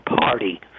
Party